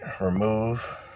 Remove